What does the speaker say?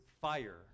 fire